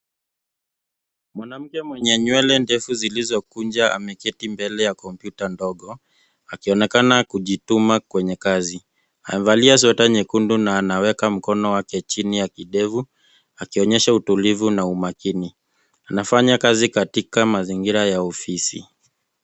Mwanamke mwenye nywele ndefu zilizokunja ameketi mbele ya kompyuta ndogo akionekana kujituma kwenye kazi. Amevalia sweta nyekundu na anaweka mkono wake chini ya kidevu akionyesha utulivu na umakini. Anafanya kazi katika mazingira ya ofisi.